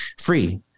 free